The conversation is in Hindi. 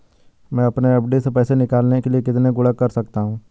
मैं अपनी एफ.डी से पैसे निकालने के लिए कितने गुणक कर सकता हूँ?